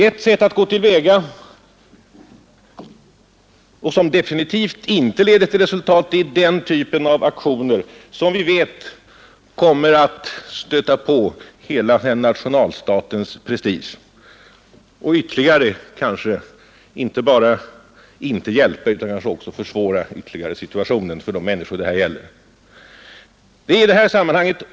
Ett sätt att gå till väga, som definitivt inte leder till resultat, är att tillgripa en sådan typ av aktioner, som vi vet kommer att stöta på en nationalstats prestige, som uppfattas som en politisk aktion och som kanske inte bara är utan hjälpverkan utan också ytterligare försvårar situationen för de människor det gäller.